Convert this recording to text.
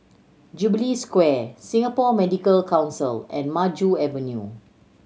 Jubilee Square Singapore Medical Council and Maju Avenue